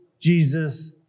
Jesus